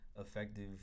effective